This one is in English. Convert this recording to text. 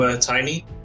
tiny